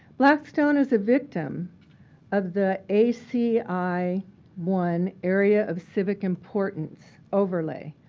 blackstone is a victim of the a c i one area of civic importance overlay,